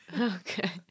Okay